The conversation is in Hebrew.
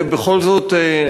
ובכל זאת,